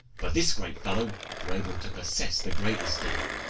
but this great fellow were able to possess the greatest devil,